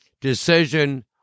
decision